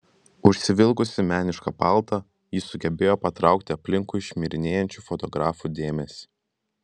užsivilkusi menišką paltą ji sugebėjo patraukti aplinkui šmirinėjančių fotografų dėmesį